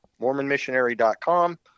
mormonmissionary.com